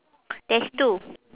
there's two